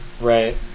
Right